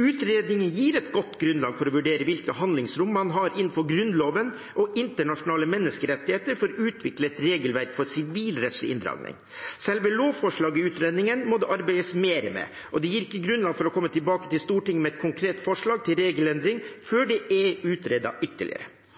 Utredningen gir et godt grunnlag for å vurdere hvilke handlingsrom man har innenfor Grunnloven og internasjonale menneskerettigheter for å utvikle et regelverk for sivilrettslig inndragning. Selve lovforslaget i utredningen må det arbeides mer med, og det gir ikke grunnlag for å komme tilbake til Stortinget med et konkret forslag til regelendring før det er utredet ytterligere.